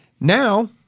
now